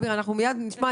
מיד נשמע.